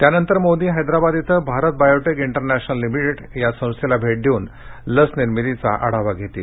त्यानंतर मोदी हैदराबाद इथं Bharat Biotech International Limited या संस्थेला भेट देऊन लस निर्मितीचा आढावा घेणार आहेत